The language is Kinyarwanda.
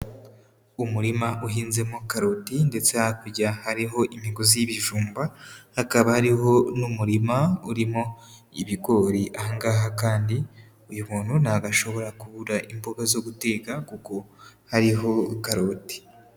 Umurima uhinzemo karoti ndetse hakurya hariho imigozi y'ibijumba, hakaba hariho n'umurima urimo ibigori, aha ngaha kandi uyu muntu ntabwo ashobora kubura imboga zo gute kuko hariho karoti.